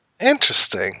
Interesting